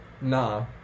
nah